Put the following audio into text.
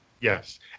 Yes